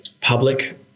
public